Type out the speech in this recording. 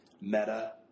meta